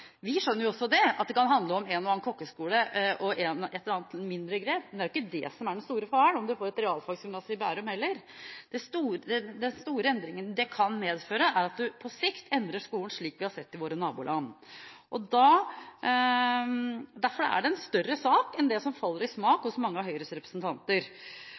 Vi skjønner også at det kan handle om en og annen kokkeskole og et eller annet mindre grep, men det er ikke det som er den store faren – om en får et realfagsgymnas i Bærum. Den store endringen det kan medføre, er at en på sikt endrer skolen, slik vi har sett i våre naboland. Derfor er det en større sak enn det som faller i smak hos mange av Høyres representanter.